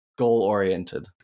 goal-oriented